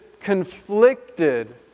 conflicted